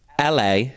LA